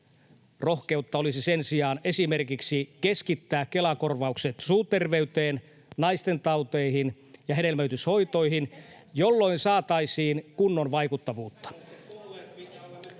Rohkeutta olisi sen sijaan esimerkiksi keskittää Kela-korvaukset suun terveyteen, naistentauteihin ja hedelmöityshoitoihin, jolloin saataisiin kunnon vaikuttavuutta.